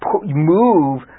move